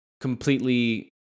completely